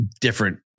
Different